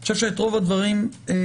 אני חושב שאת רוב הדברים סגרנו.